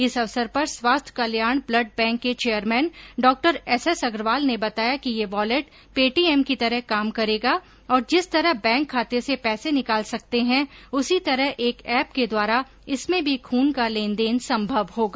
इस अवसर पर स्वास्थ्य कल्याण ब्लड बैंक के चैयरमेन डॉ एसएस अग्रवाल ने बताया कि यह वॉलेट पेटीएम की तरह काम करेगा और जिस तरह बैंक खाते से पैसे निकाल सकते है उसी तरह एक एप के द्वारा इसमें भी खून का लेनदेन संभव होगा